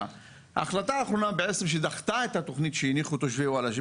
ההחלטה האחרונה שדחתה את התוכנית שהניחו תושבי וולאג'ה,